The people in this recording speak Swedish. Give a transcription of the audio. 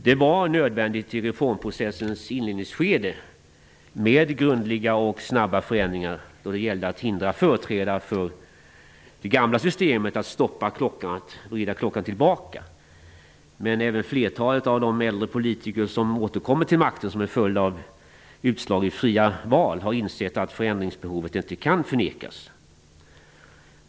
Det var nödvändigt i reformprocessens inledningsskede med grundläggande och snabba förändringar när det gällde att hindra företrädare för det gamla systemet att stoppa och vrida klockan tillbaka. Men även flertalet av de äldre politiker som återkommer till makten som en följd av utslag i fria val har insett att förändringsbehovet inte kan förnekas.